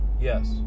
yes